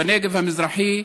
בנגב המזרחי,